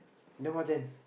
then what then